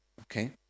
Okay